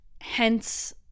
Hence